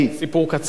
כמובן,